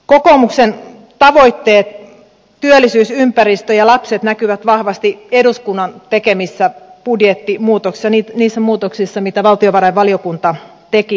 kokoomuksen tavoitteet työllisyys ympäristö ja lapset näkyvät vahvasti eduskunnan tekemissä budjettimuutoksissa niissä muutoksissa mitä valtiovarainvaliokunta teki